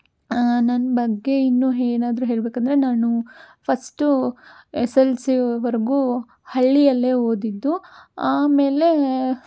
ನನ್ನ ಬಗ್ಗೆ ಇನ್ನೂ ಏನಾದ್ರೂ ಹೇಳಬೇಕಂದ್ರೆ ನಾನು ಫಸ್ಟು ಎಸ್ ಎಲ್ ಸಿವರೆಗೂ ಹಳ್ಳಿಯಲ್ಲೇ ಓದಿದ್ದು ಆಮೇಲೆ